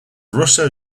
russo